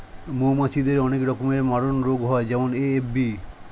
মৌমাছিদের অনেক রকমের মারণরোগ হয় যেমন এ.এফ.বি